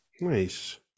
Nice